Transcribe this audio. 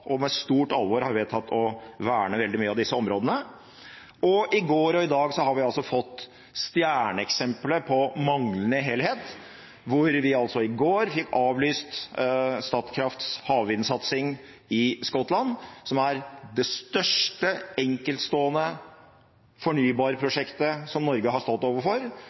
og med stort alvor vedtok å verne veldig mye av disse områdene. I går og i dag har vi fått stjerneeksemplet på manglende helhet. I går fikk vi avlyst Statkrafts havvindsatsing i Skottland, som er det største enkeltstående fornybarprosjektet som Norge har stått overfor,